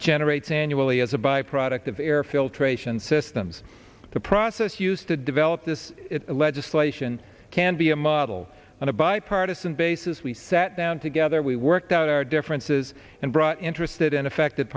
generates annually as a byproduct of air filtration systems the process used to develop this legislation can be a model on a bipartisan basis we sat down together we worked out our differences and brought interested in affected